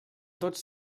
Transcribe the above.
tots